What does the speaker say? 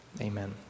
Amen